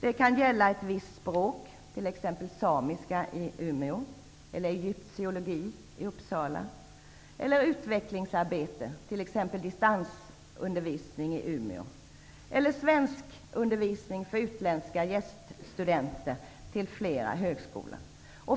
Det kan gälla ett visst språk, t.ex. samiskan i Umeå, egyptiologin i Uppsala eller utvecklingsarbetet i fråga om exempelvis distansundervisning i Umeå. Det kan också gälla lokalisering av svenskundervisning för utländska gäststudenter till flera högskolor.